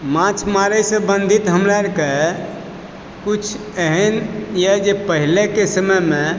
माछ मारैसँ सम्बन्धित हमरा अरके कुछ एहन यऽ जे पहिलेके समयमे